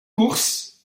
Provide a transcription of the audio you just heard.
courses